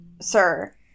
Sir